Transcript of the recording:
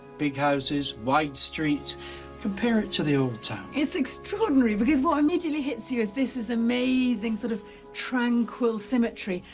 big houses, wide streets compare it to the old town. it's extraordinary because what immediately hits you is this is amazing, sort of tranquil symmetry,